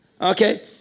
okay